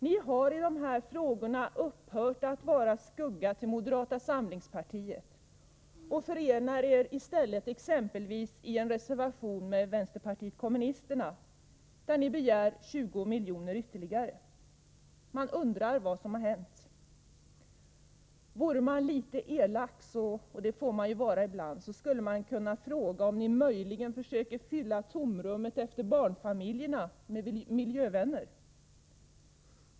Ni i folkpartiet har i de här frågorna upphört att vara skugga till moderata samlingspartiet och förenar er i stället med exempelvis vänsterpartiet kommunisterna i en reservation där ni begär 20 miljoner ytterligare. Man undrar vad som har hänt. Vore man litet elak — och det får man ju vara ibland — skulle man fråga om ni möjligen försöker fylla tomrummet efter barnfamiljerna med miljövänner.